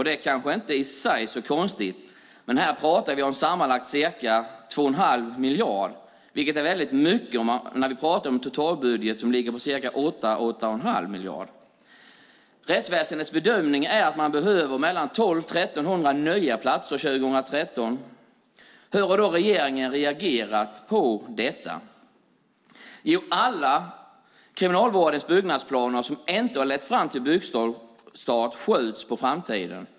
Det är kanske i sig inte så konstigt, men här pratar vi om sammanlagt ca 2 1⁄2 miljard, vilket är mycket när vi talar om en totalbudget på ca 8 miljarder. Rättsväsendets bedömning är att man behöver 1 200-1 300 nya platser 2013. Hur har då regeringen reagerat på detta? Jo, alla Kriminalvårdens byggnadsplaner som inte lett fram till byggstart skjuts på framtiden.